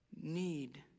need